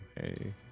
hey